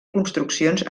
construccions